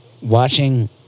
watching